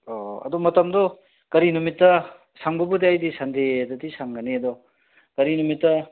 ꯑ ꯑꯗꯣ ꯃꯇꯝꯗꯣ ꯀꯔꯤ ꯅꯨꯃꯤꯠꯇ ꯁꯪꯕꯕꯨꯗꯤ ꯑꯩꯗꯤ ꯁꯟꯗꯦꯗꯗꯤ ꯁꯪꯒꯅꯤ ꯑꯗꯣ ꯀꯔꯤ ꯅꯨꯃꯤꯠꯇ